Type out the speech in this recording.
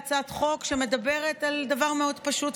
הצעת חוק שמדברת על דבר מאוד פשוט,